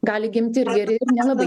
gali gimti ir geri ir nelabai